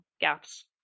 gaps